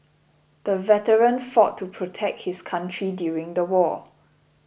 the veteran fought to protect his country during the war